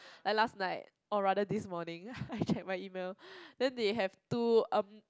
like last night or rather this morning then I check my email then they have two um